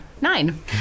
Nine